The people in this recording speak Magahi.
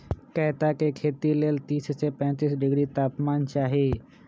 कैता के खेती लेल तीस से पैतिस डिग्री तापमान चाहि